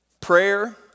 prayer